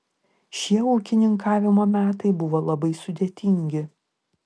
šie ūkininkavimo metai buvo labai sudėtingi